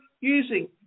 using